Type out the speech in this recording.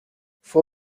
fue